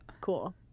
cool